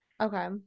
Okay